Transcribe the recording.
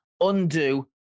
undo